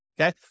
Okay